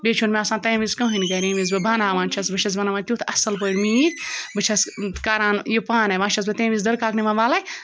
بیٚیہِ چھُنہٕ مےٚ آسان تَمہِ وِز کٕہٕنۍ گَرِ ییٚمہِ وِز بہٕ بَناوان چھٮ۪س بہٕ چھٮ۪س بَناوان تیُتھ اَصٕل پٲٹھۍ میٚتھ بہٕ چھٮ۪س کَران یہِ پانَے وۄنۍ چھٮ۪س بہٕ تیٚمہِ وِز دُرکاکنہِ وَنان وَلَے